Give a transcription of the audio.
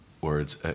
words